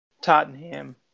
Tottenham